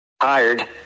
tired